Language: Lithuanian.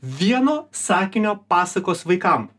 vieno sakinio pasakos vaikam